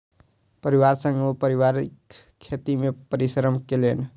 परिवार संग ओ पारिवारिक खेत मे परिश्रम केलैन